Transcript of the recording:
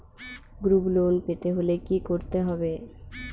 Group loan পেতে হলে কি করতে হবে?